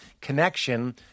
connection